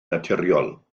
naturiol